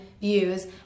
views